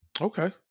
Okay